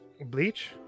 Bleach